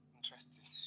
Interesting